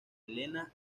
elena